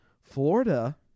Florida